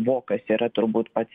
vokas yra turbūt pats